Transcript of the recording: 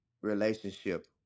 relationship